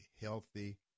healthy